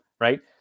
right